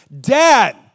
Dad